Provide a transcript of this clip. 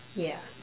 ya